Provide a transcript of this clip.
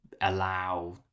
allow